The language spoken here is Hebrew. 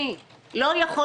זה לא הגיוני.